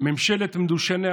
לא שכחתי.